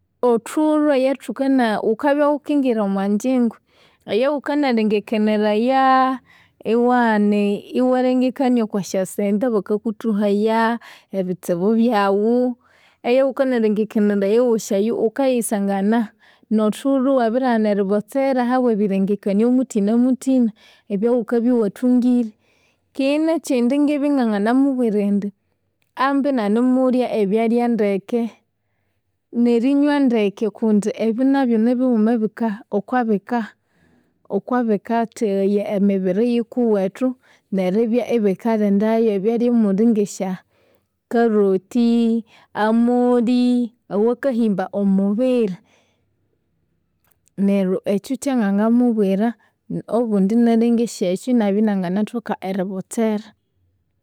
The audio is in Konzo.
Othulhu eyathukana ghukabya ghukingira omwanjingu, eyaghukanalengekaniraya, iwalengekania okwasyasente abakakuthuhaya, ebitsibu byaghu, eyakanalengekniraya eghosi eyu, ghukayisangana nothulhu iwabirighana erighotsera ahabwa ebirengakanio muthinamuthina ebyawathungire. Keghe nekyindi ingibya inganginamubwira indi ambi inanimulya ebyalya ndeke nerinywa ndeke kundi ebyu nabyu nibighuma ebika okwabikatheghaya emibiri yikuwethu neribya ebikalindayu. Ebyalya omuli ngesya carot, amoli, awakahimba omubiri. Neryo ekyu kyangangamubwira, obundi inalengesya ekyu inabya inanginathoka eribotsera.